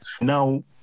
now